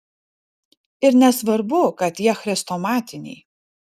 ir nesvarbu kad jie chrestomatiniai